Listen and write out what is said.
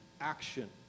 action